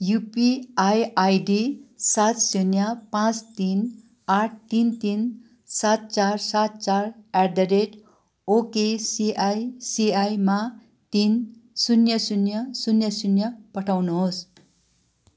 UPI ID सात शून्य पाँच तिन आठ तिन तिन सात चार सात चार एट द रेट ओकेसिआइसिआईमा तिन शून्य शून्य शून्य शून्य पठाउनुहोस्